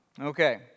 Okay